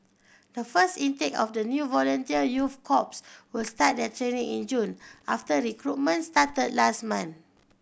the first intake of the new volunteer youth corps will start their training in June after recruitment started last month